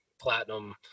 platinum